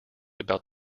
about